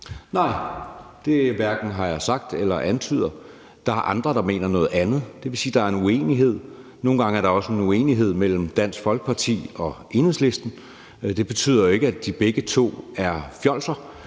Nej, det har jeg hverken sagt eller antyder. Der er andre, der mener noget andet. Det vil sige, at der er en uenighed. Nogle gange er der også en uenighed mellem Dansk Folkeparti og Enhedslisten, men det betyder jo ikke, at de begge to er fjolser.